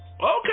Okay